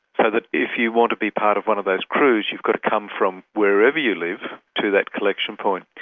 so that if you want to be part of one of those crews, you've got to come from wherever you live to that collection point.